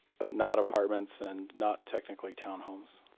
but not apartments and not technically townhomes.